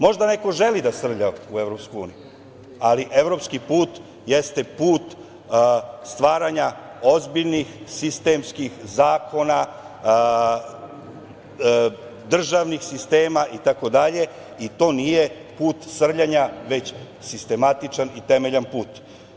Možda neko želi da srlja u EU. ali evropski put jeste put stvaranja ozbiljnih sistemskih zakona državnih sistema itd. i to nije put srljanja, već sistematičan i temeljan put.